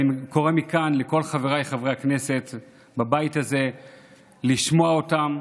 אני קורא מכאן לכל חבריי חברי הכנסת בבית הזה לשמוע אותם,